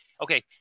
Okay